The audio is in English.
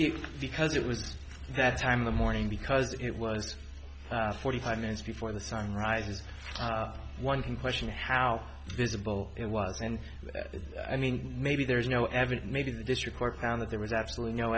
is because it was that time of the morning because it was forty five minutes before the sun rises one can question how visible it was and i mean maybe there is no evidence maybe the district court found that there was absolutely no